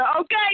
okay